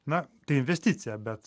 na tai investicija bet